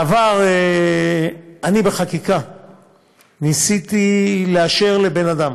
בעבר, ניסיתי בחקיקה לאשר לבן-אדם